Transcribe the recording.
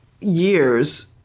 years